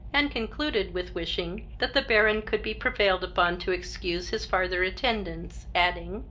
and concluded with wishing that the baron could be prevailed upon to excuse his farther attendance, adding,